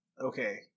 okay